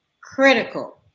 critical